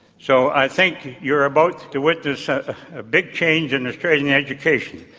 so i think you're about to witness a ah big change in australian education.